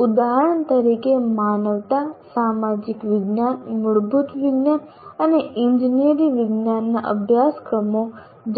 ઉદાહરણ તરીકે માનવતા સામાજિક વિજ્ઞાન મૂળભૂત વિજ્ઞાન અને ઇજનેરી વિજ્ઞાનનના અભ્યાસક્રમો